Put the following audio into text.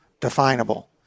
definable